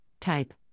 type